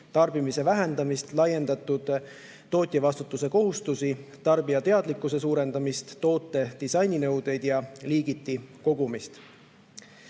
tarbimise vähendamist, laiendatud tootjavastutuse kohustusi, tarbija teadlikkuse suurendamist, toote disaininõudeid ja liigiti kogumist.